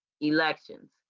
elections